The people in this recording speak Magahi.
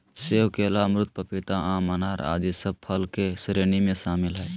सेब, केला, अमरूद, पपीता, आम, अनार आदि सब फल के श्रेणी में शामिल हय